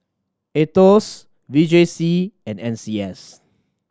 Aetos V J C and N C S